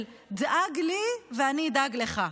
של דאג לי ואני אדאג לך.